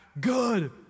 good